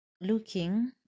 looking